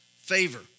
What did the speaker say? favor